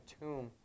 tomb